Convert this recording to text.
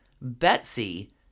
Betsy